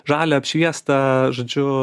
žalia apšviesta žodžiu